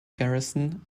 garrison